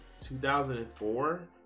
2004